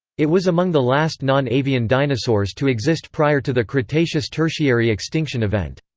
it was among the last non-avian dinosaurs to exist prior to the cretaceous-tertiary extinction event.